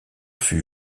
fut